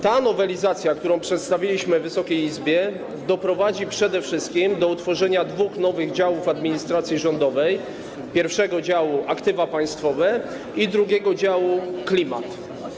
Ta nowelizacja, którą przedstawiliśmy Wysokiej Izbie, doprowadzi przede wszystkim do utworzenia dwóch nowych działów administracji rządowej: pierwszego działu - aktywa państwowe i drugiego działu - klimat.